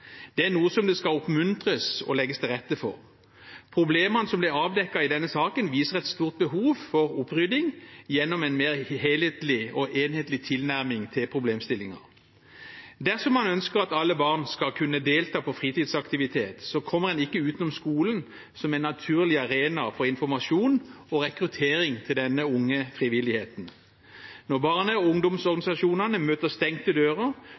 Det er noe som det skal oppmuntres til og legges til rette for. Problemene som ble avdekket i denne saken, viser et stort behov for opprydding gjennom en mer helhetlig og enhetlig tilnærming til problemstillingen. Dersom man ønsker at alle barn skal kunne delta på fritidsaktiviteter, kommer en ikke utenom skolen som en naturlig arena for informasjon og rekruttering til den unge frivilligheten. Når barne- og ungdomsorganisasjonene møter stengte